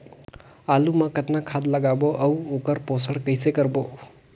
आलू मा कतना खाद लगाबो अउ ओकर पोषण कइसे करबो?